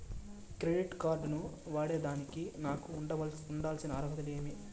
Credit card ను వాడేదానికి నాకు ఉండాల్సిన అర్హతలు ఏమి?